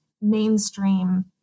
mainstream